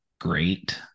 great